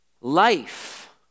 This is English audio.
life